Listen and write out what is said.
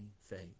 faith